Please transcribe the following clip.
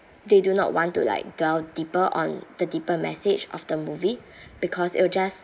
they do not want to like dwell deeper on the deeper message of the movie because it'll just